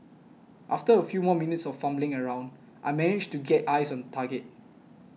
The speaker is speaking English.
after a few more minutes of fumbling around I managed to get eyes on target